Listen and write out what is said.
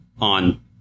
on